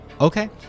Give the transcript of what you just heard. Okay